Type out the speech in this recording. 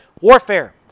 warfare